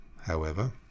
However